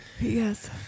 Yes